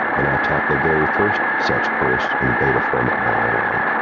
and i taught the very first such course in beta form at my airline,